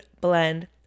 blend